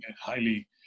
highly